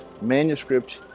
manuscript